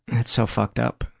that's so fucked up.